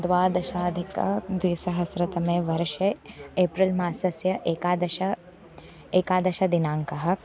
द्वादशाधिकद्विसहस्रतमे वर्षे एप्रिल् मासस्य एकादश एकादशदिनाङ्कः